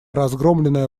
разгромленная